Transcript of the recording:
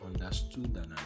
understood